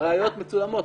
הראיות מצולמות.